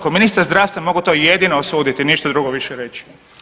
Kao ministar zdravstva mogu to jedino osuditi, ništa drugo više reći.